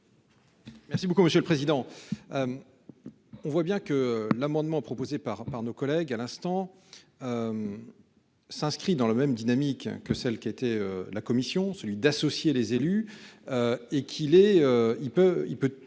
Merci beaucoup monsieur le président. On voit bien que l'amendement proposé par par nos collègues à l'instant. S'inscrit dans la même dynamique que celle qui était la commission celui d'associer les élus. Et qu'il est, il peut il peut